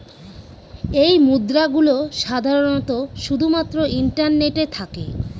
এই মুদ্রা গুলো সাধারনত শুধু মাত্র ইন্টারনেটে থাকে